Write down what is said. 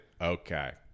Okay